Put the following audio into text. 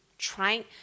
Trying